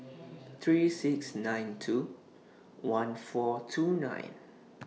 three six nine two one four two nine